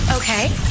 Okay